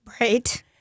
right